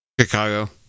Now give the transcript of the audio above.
Chicago